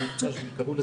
והיו לי